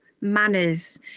manners